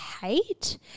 hate